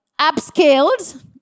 upscaled